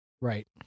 Right